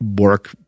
work